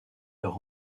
leur